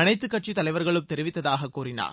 அனைத்துக் கட்சித் தலைவர்களும் தெரிவித்ததாகக் கூறினார்